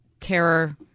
Terror